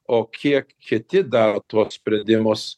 o kiek kiti daro tuos sprendimus